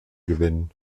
gewinnen